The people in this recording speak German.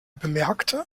bemerkte